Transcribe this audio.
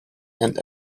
and